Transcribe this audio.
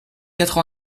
quatre